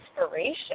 inspiration